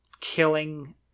killing